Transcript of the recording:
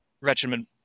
regiment